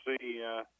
see